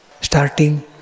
starting